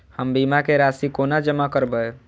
हम बीमा केँ राशि कोना जमा करबै?